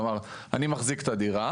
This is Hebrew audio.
כלומר, אני מחזיק את הדירה.